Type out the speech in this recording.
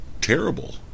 terrible